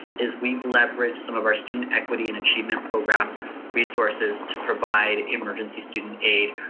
is we've leveraged some of our student equity and achievement program resources to provide emergency student aid,